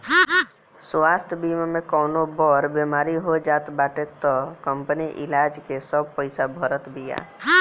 स्वास्थ्य बीमा में कवनो बड़ बेमारी हो जात बाटे तअ कंपनी इलाज के सब पईसा भारत बिया